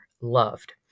loved